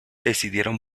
decidieron